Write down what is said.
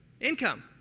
income